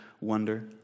wonder